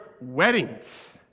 weddings